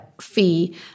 fee